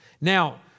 Now